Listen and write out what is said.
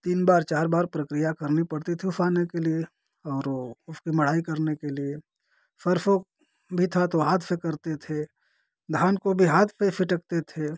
तीन बार चार बार प्रक्रिया करनी पड़ती थी ओसाने के लिए और वो उसकी मढ़ाई करने के लिए सरसों भी था तो हाथ से करते थे धान को भी हाथ से ही सटकते थे